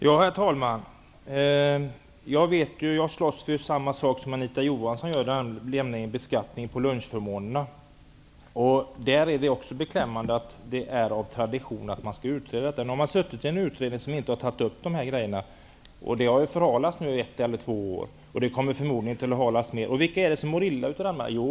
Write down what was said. Herr talman! Jag slåss för detsamma som Anita Johansson när det gäller beskattningen av lunchförmånerna. Det är beklämmande att man av tradition skall utreda den frågan. Det har suttit en utredning som inte har tagit upp de här sakerna, och det har förhalat det här i ett eller två år nu, och kommer förmodligen att fördröja det ännu mer. Vilka är det som mår illa av detta?